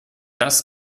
das